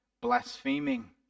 blaspheming